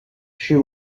she